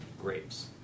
grapes